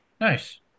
Nice